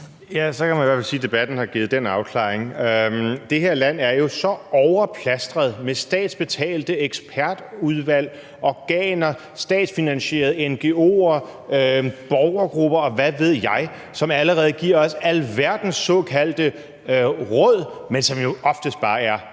Så kan man i hvert fald sige, at debatten har givet den afklaring. Det her land er jo så overplastret med statsbetalte ekspertudvalg, organer, statsfinansierede ngo'er, borgergrupper, og hvad ved jeg, som allerede giver os alverdens såkaldte råd, men som jo oftest bare er